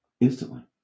instantly